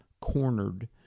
cornered